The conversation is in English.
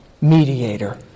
mediator